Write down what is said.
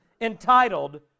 entitled